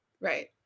Right